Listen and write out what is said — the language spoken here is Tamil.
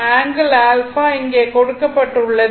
ஆங்கிள் ɑ இங்கே கொடுக்கப்பட்டுள்ளது